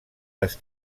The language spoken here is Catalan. les